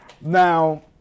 Now